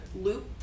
loop